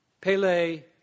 Pele